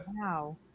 Wow